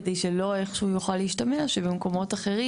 כדי שלא איכשהו יוכל להשתמע שבמקומות אחרים